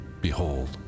Behold